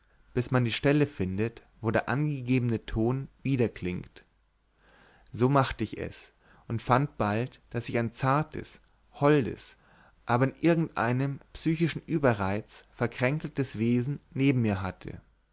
bis man die stelle findet wo der angegebene ton widerklingt so macht ich es und fand bald daß ich ein zartes holdes aber in irgend einem psychischen überreiz verkränkeltes wesen neben mir hatte